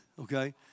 okay